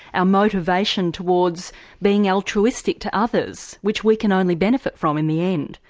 our motivation towards being altruistic to others, which we can only benefit from in the end.